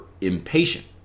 impatient